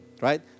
Right